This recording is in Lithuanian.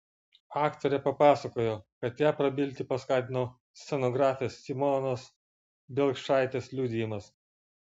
aktorė pasakojo kad ją prabilti paskatino scenografės simonos biekšaitės liudijimas